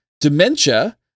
dementia